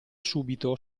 subito